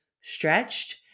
stretched